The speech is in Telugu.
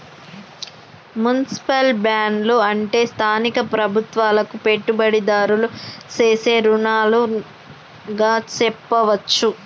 మున్సిపల్ బాండ్లు అంటే స్థానిక ప్రభుత్వాలకు పెట్టుబడిదారులు సేసే రుణాలుగా సెప్పవచ్చు